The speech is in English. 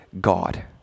God